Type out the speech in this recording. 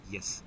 Yes